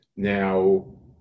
Now